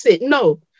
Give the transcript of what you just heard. No